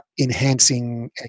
enhancing